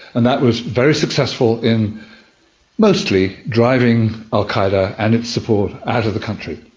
and that was very successful in mostly driving al qaeda and its support out of the country.